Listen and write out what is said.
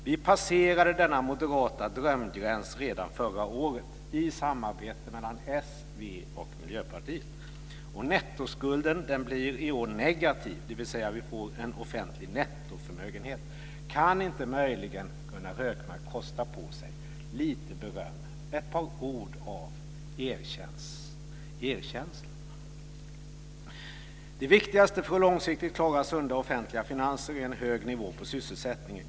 Vi passerade denna moderata drömgräns redan förra året i samarbete mellan Socialdemokraterna, Vänsterpartiet och Miljöpartiet. Och nettoskulden blir i år negativ, dvs. att vi får en offentlig nettoförmögenhet. Kan inte möjligen Gunnar Hökmark kosta på sig lite beröm, ett par ord av erkänsla? Det viktigaste för att långsiktigt klara sunda offentliga finanser är en hög nivå på sysselsättningen.